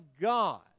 God